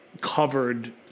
covered